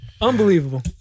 Unbelievable